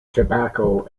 tobacco